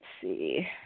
see